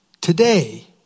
Today